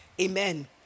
Amen